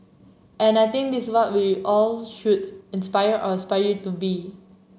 and I think this what we all should inspire or aspire to be